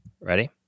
Ready